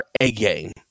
A-game